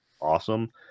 awesome